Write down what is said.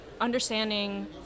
understanding